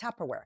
Tupperware